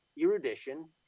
erudition